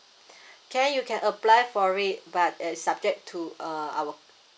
can you can apply for it but it's subject to uh our